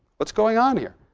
what's going on here?